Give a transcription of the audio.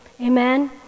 Amen